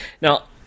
Now